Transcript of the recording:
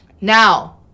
now